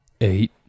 Eight